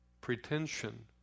pretension